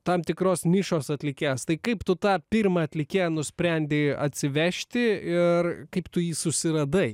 tam tikros nišos atlikėjas tai kaip tu tą pirmą atlikėją nusprendi atsivežti ir kaip tu jį susiradai